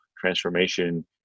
transformation